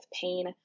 pain